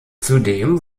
zudem